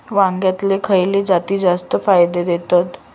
वांग्यातले खयले जाती जास्त फायदो देतत?